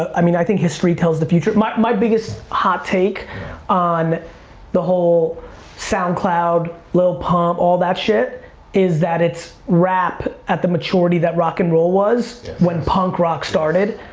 i mean i think history tells the future. my my biggest hot take on the whole soundcloud, lil pump, all that shit is that it's rap at the maturity that rock n and roll was, when punk rock started.